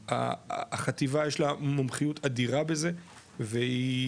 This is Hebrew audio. החטיבה יש לה מומחיות אדירה בזה והיא